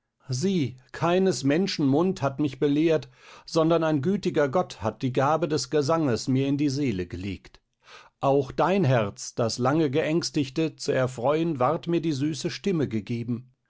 sieh keines menschen mund hat mich belehrt sondern ein gütiger gott hat die gabe des gesanges mir in die seele gelegt auch dein herz das lange geängstigte zu erfreuen ward mir die süße stimme gegeben